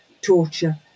torture